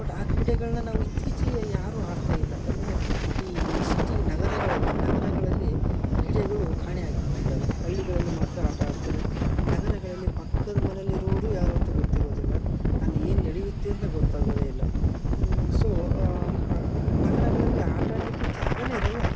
but ಆ ಕ್ರೀಡೆಗಳನ್ನ ನಾವು ಇತ್ತೀಚಿಗೆ ಯಾರು ಆಡ್ತಾಯಿಲ್ಲ ಅಂದ್ಮೇಲೆ ಈ ಸಿಟಿ ನಗರಗಳಲ್ಲಿ ನಗರಗಳಲ್ಲಿ ಕ್ರೀಡೆಗಳು ಕಾಣೆಯಾಗ್ಬಿಟ್ಟಿದ್ದಾವೆ ಹಳ್ಳಿಗಳಲ್ ಮಾತ್ರ ಆಟ ಆಡ್ತಾರೆ ನಗರಗಳಲ್ಲಿ ಪಕ್ಕದ ಮನೆಯಲ್ಲಿ ಇರುವವರು ಯಾರು ಅಂತ ಗೊತ್ತಿರೋದಿಲ್ಲ ಅಲ್ಲಿ ಏನು ನಡೆಯುತ್ತೆ ಅಂತ ಗೊತ್ತಾಗೋದೆ ಇಲ್ಲ ಸೋ ನಗರಗಳಲ್ಲಿ ಅಟ ಆಡಲಿಕ್ಕೆ ಜಾಗ ಇರೋಲ್ಲ